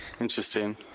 Interesting